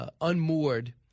unmoored